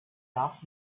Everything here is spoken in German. darf